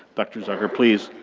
dr. zucker, please,